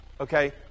Okay